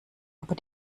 aber